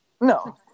no